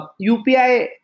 UPI